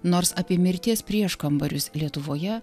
nors apie mirties prieškambarius lietuvoje